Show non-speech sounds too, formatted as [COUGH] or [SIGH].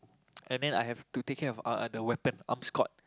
[NOISE] and then I have to take care of ah uh the weapon armskote